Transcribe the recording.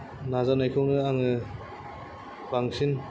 नाजानायखौनो आङो बांसिन